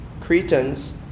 Cretans